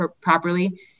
properly